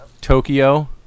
Tokyo